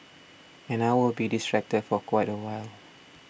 and I will be distracted for quite a while